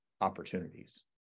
opportunities